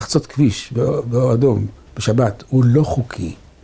לחצות כביש באור אדום, בשבת, הוא לא חוקי.